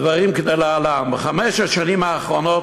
הדברים כדלהלן: בחמש השנים האחרונות,